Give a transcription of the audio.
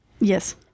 Yes